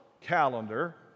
calendar